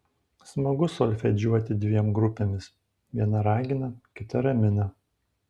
smagu solfedžiuoti dviem grupėmis viena ragina kita ramina